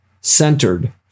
centered